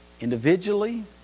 Individually